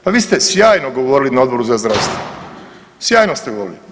Pa vi ste sjajno govorili na odboru za zdravstvo, sjajno ste govorili.